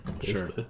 Sure